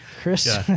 Chris